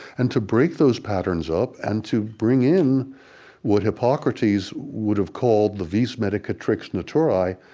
and to break those patterns up and to bring in what hippocrates would have called the vis medicatrix naturae,